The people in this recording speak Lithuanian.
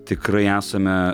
tikrai esame